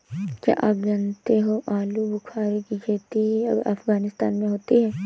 क्या आप जानते हो आलूबुखारे की खेती अफगानिस्तान में होती है